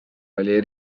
oli